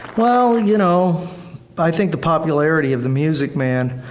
well, and you know but i think the popularity of the music man